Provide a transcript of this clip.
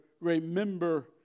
remember